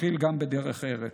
מתחיל גם בדרך ארץ.